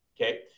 okay